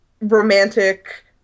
romantic